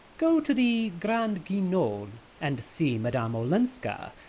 go to the grand-guignol and see madame olenska.